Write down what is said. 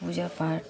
पूजा पाठ